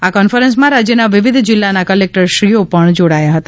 આ કોન્ફરન્સમાં રાજ્યના વિવિધ જિલ્લાના કલેકટરશ્રીઓ પણ જોડાયા હતા